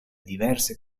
diverse